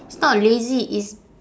it's not lazy it's